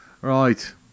Right